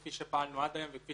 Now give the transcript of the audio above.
כפי שפעלנו עד היום וכפי